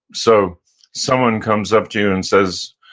so someone comes up to you and says,